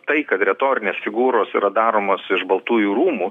tai kad retorinės figūros yra daromos iš baltųjų rūmų